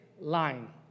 line